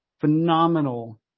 phenomenal